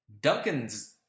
Duncan's